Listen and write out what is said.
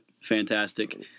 fantastic